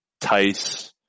Tice